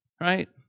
Right